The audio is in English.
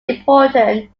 important